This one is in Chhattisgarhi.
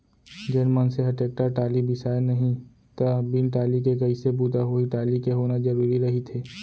जेन मनसे ह टेक्टर टाली बिसाय नहि त बिन टाली के कइसे बूता होही टाली के होना जरुरी रहिथे